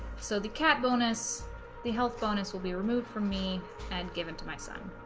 so the cat bonus the health bonus will be removed from me and given to my son